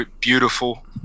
beautiful